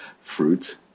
fruit